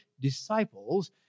disciples